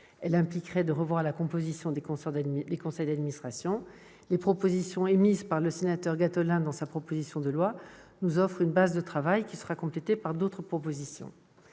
et impliquerait de revoir la composition des conseils d'administration. Les suggestions émises par le sénateur André Gattolin dans sa proposition de loi nous offrent une base de travail, qui sera complétée par d'autres propositions.